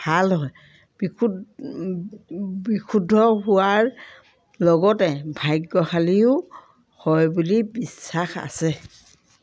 ভাল হয় বিশুদ্ধ বিশুদ্ধ হোৱাৰ লগতে ভাগ্যশালীও হয় বুলি বিশ্বাস আছে